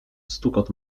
stukot